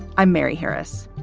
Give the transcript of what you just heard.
i'm mary harris.